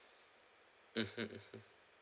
mmhmm mmhmm